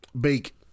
bake